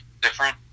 different